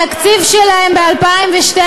התקציב שלהם ב-2012,